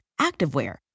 activewear